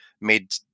Made